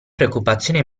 preoccupazione